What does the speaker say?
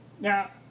Now